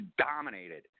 dominated